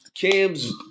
cams